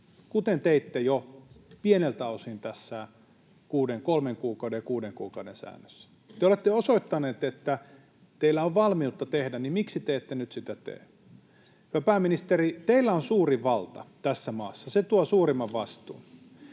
kuten teitte jo pieneltä osin tässä kolmen kuukauden ja kuuden kuukauden säännössä. Kun te olette osoittaneet, että teillä on valmiutta tehdä, niin miksi te ette nyt sitä tee? Hyvä pääministeri, teillä on suurin valta tässä maassa, se tuo suurimman vastuun.